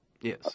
Yes